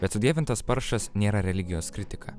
bet sudievintas paršas nėra religijos kritika